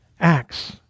acts